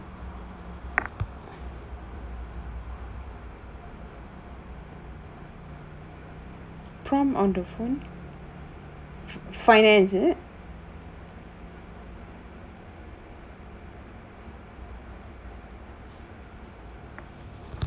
prompt on the phone finance is it